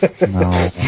No